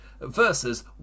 versus